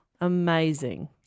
Amazing